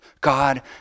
God